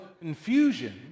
confusion